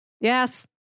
Yes